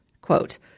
Quote